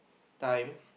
time